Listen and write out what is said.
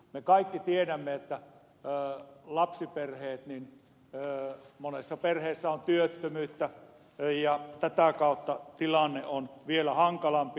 me kaikki tiedämme että monessa lapsiperheessä on työttömyyttä ja tätä kautta tilanne on vielä hankalampi